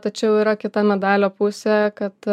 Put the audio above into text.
tačiau yra kita medalio pusė kad